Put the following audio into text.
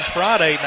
Friday